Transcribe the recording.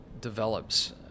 develops